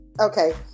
Okay